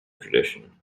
tradition